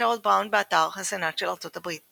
שרוד בראון באתר הסנאט של ארצות הברית